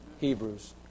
Hebrews